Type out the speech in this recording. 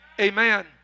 Amen